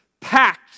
packed